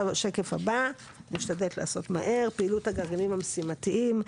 אני משתדלת לעשות מהר, פעילות הגרעינים המשימתיים.